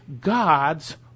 God's